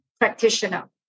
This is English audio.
Practitioner